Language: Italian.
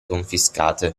confiscate